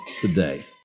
Today